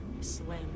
Swim